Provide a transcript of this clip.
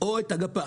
או את הגפ"מ.